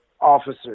officers